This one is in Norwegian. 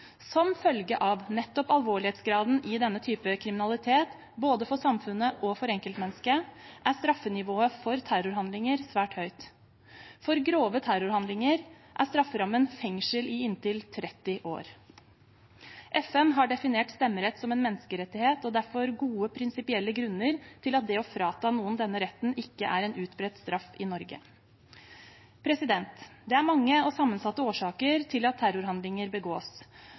Som følge av nettopp alvorlighetsgraden i denne type kriminalitet, både for samfunnet og for enkeltmennesket, er straffenivået for terrorhandlinger svært høyt. For grove terrorhandlinger er strafferammen fengsel i inntil 30 år. FN har definert stemmerett som en menneskerettighet, og det er derfor gode prinsipielle grunner til at det å frata noen denne retten ikke er en utbredt straff i Norge. Det er mange og sammensatte årsaker til at terrorhandlinger begås.